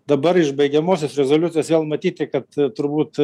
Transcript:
dabar iš baigiamosios rezoliucijos vėl matyti kad turbūt